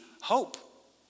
hope